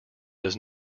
does